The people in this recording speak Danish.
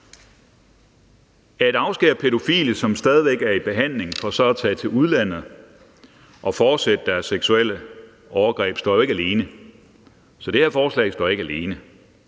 At afskære pædofile, som stadig væk er i behandling, fra så at tage til udlandet og fortsætte deres seksuelle overgreb står jo ikke alene. Så det her forslag står ikke alene.